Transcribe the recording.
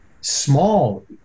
small